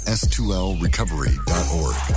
s2lrecovery.org